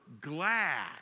glad